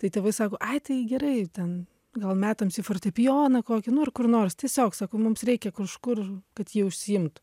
tai tėvai sako ai tai gerai ten gal metams į fortepijoną kokį nu ir kur nors tiesiog sako mums reikia kažkur kad ji užsiimtų